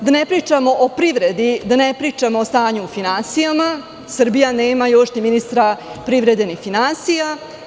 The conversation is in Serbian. Da ne pričam o privredi, da ne pričam o stanju u finansijama, Srbija nema još ni ministra privrede ni finansija.